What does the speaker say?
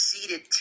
seated